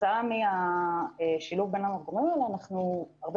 כתוצאה מהשילוב בין --- אנחנו הרבה